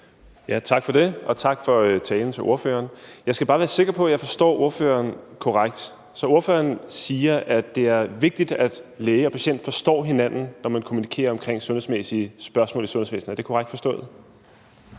Tak for det, og tak til ordføreren for talen. Jeg skal bare være sikker på, at jeg forstår ordføreren korrekt. Ordføreren siger, at det er vigtigt, at læge og patient forstår hinanden, når de kommunikerer om sundhedsmæssige spørgsmål i sundhedsvæsenet. Er det korrekt forstået?